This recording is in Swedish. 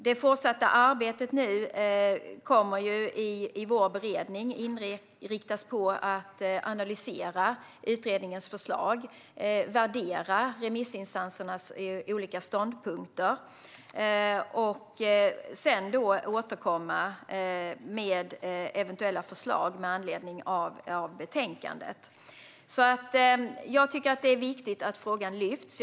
Det fortsatta arbetet kommer i vår beredning att inriktas på att analysera utredningens förslag, värdera remissinstansernas olika ståndpunkter och sedan återkomma med eventuella förslag med anledning av betänkandet. Jag tycker att det är viktigt att frågan lyfts fram.